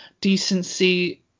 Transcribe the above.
decency